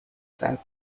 south